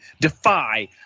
Defy